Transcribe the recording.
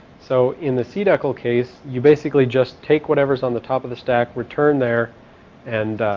so in the cdecl case you basically just take whatever's on the top of the stack return there and